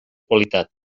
qualitat